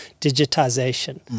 digitization